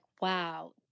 wow